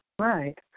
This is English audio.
Right